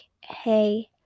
hey